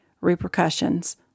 repercussions